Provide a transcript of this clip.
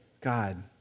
God